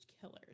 killers